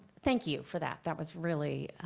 thank you for that. that was really